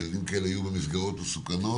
שילדים כאלה יהיו במסגרות מסוכנות,